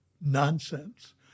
nonsense